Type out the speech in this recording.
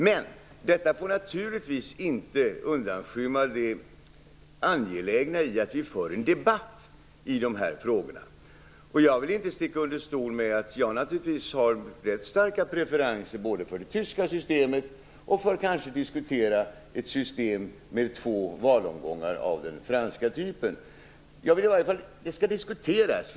Men detta får naturligtvis inte undanskymma det angelägna i att vi för en debatt i frågorna. Jag vill inte sticka under stol med att jag har rätt starka preferenser både för det tyska systemet och för att kanske diskutera ett system med två valomgångar av den franska typen. Jag vill i varje fall att detta skall diskuteras.